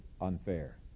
unfair